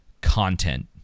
content